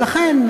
ולכן,